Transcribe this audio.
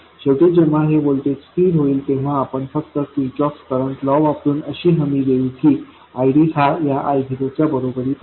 शेवटी जेव्हा हे व्होल्टेज स्थिर होईल तेव्हा आपण फक्त किर्चहोफ करंट लॉ वापरून अशी हमी देऊ की ID हा या I0 च्या बरोबरीत आहे